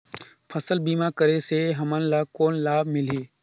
फसल बीमा करे से हमन ला कौन लाभ मिलही?